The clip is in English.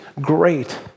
great